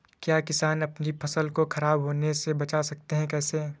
क्या किसान अपनी फसल को खराब होने बचा सकते हैं कैसे?